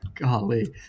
Golly